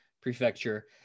prefecture